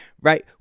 right